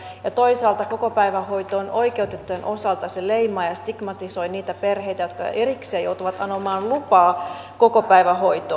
se lisää byrokratiaa ja toisaalta kokopäivähoitoon oikeutettujen osalta se leimaa ja stigmatisoi niitä perheitä jotka erikseen joutuvat anomaan lupaa kokopäivähoitoon